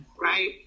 right